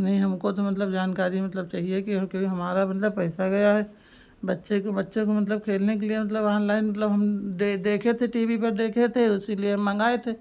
नहीं हमको तो मतलब जानकारी मतलब चहिए कि क्योंकि हमारा मतलब पैसा गया है बच्चे के बच्चों को मतलब खेलने के लिए मतलब ऑनलाइन मतलब हम दे देखे थे टी वी पर देखे थे उसीलिए हम मँगाए थे